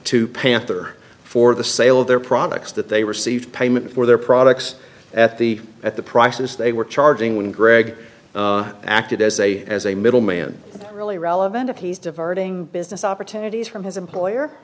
to panther for the sale of their products that they received payment for their products at the at the prices they were charging when gregg acted as a as a middleman really relevant if he's diverting business opportunities from his employer